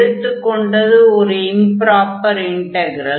எடுத்துக் கொண்டது ஒரு இம்ப்ராப்பர் இன்டக்ரல்